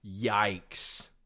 Yikes